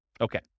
Okay